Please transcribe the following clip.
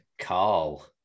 Carl